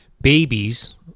Babies